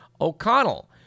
O'Connell